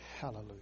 Hallelujah